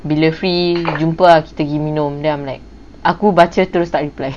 bila free jumpa ah kita pergi minum then I'm like aku baca terus tak reply